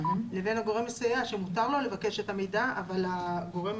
לבין הגורם המסייע שמותר לו לבקש את המידע אבל הגורם